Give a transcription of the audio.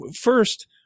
first